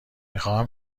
میخواهم